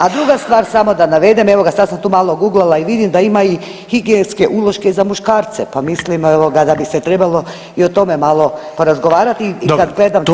A druga stvar samo da navedem, evoga sad sam tu malo guglala i vidim da ima i higijenske uloške za muškarce pa mislim da bi se trebalo i o tome malo porazgovarati i kad gledam cijene.